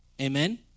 amen